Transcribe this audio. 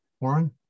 Warren